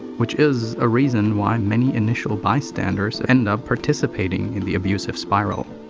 which is a reason, why many initial bystanders end up participating in the abusive spiral.